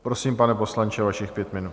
Prosím, pane poslanče, vašich pět minut.